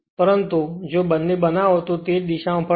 પરંતુ પચે જો બંને બનાવો તો તે જ દિશામાં ફરશે